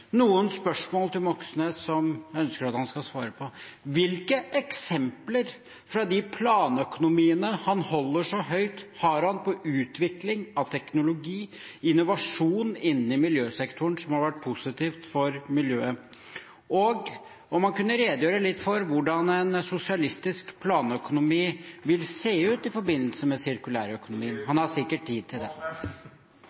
noen spørsmål til Moxnes som jeg ønsker at han skal svare på: Hvilke eksempler fra de planøkonomiene han holder så høyt, har han på utvikling av teknologi og innovasjon innen miljøsektoren som har vært positivt for miljøet? Og kan han redegjøre litt for hvordan en sosialistisk planøkonomi vil se ut i forbindelse med sirkulær økonomi? Han